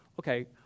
Okay